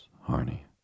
Harney